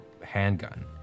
handgun